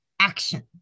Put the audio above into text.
action